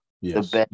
Yes